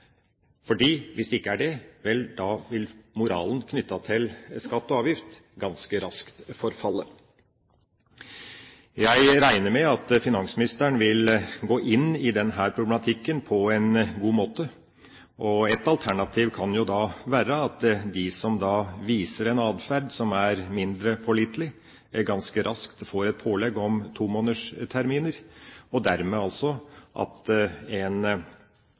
Hvis det ikke er det, vel, da vil moralen knyttet til skatt og avgift ganske raskt forfalle. Jeg regner med at finansministeren vil gå inn i denne problematikken på en god måte. Ett alternativ kan jo være at de som viser en atferd som er mindre pålitelig, ganske raskt får et pålegg om tomånedersterminer, slik at en dermed demper de ulemper som foreligger. Det er ganske opplagt at